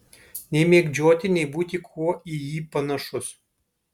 nei mėgdžioti nei būti kuo į jį panašus